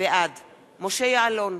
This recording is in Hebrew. בעד משה יעלון,